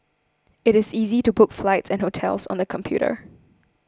it is easy to book flights and hotels on the computer